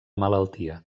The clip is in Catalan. malaltia